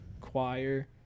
choir